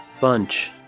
bunch